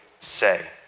say